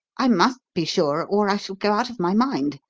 i must be sure or i shall go out of my mind.